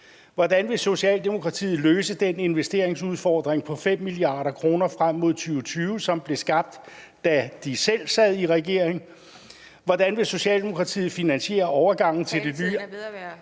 Hvordan vil Socialdemokratiet løse den investeringsudfordring på 5 mia. kr. frem mod 2020, som blev skabt, da de selv sad i regering? Hvordan vil Socialdemokratiet finansiere overgangen til det nye